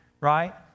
right